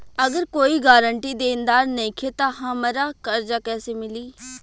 अगर कोई गारंटी देनदार नईखे त हमरा कर्जा कैसे मिली?